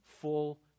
full